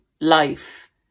life